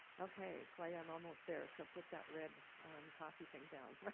ok, clay, i'm almost there, so put that red coffee thing down but